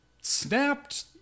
snapped